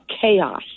chaos